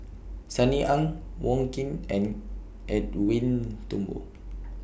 Sunny Ang Wong Keen and Edwin Thumboo